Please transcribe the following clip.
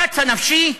קצה נפשי,